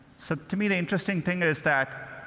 so, to me, the interesting thing is that,